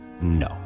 No